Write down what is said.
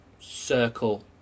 circle